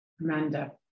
Amanda